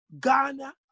Ghana